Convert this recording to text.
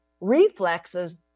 reflexes